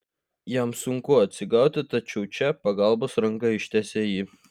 jam sunku atsigauti tačiau čia pagalbos ranką ištiesia ji